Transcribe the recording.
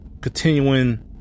continuing